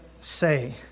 say